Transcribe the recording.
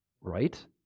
Right